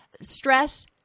stress